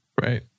Right